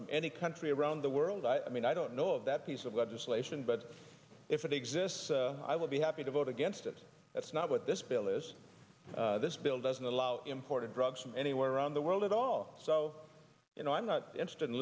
from any country around the world i mean i don't know of that piece of legislation but if it exists i would be happy to vote against it that's not what this bill is this bill doesn't allow imported drugs from anywhere around the world at all so you know i'm not interested in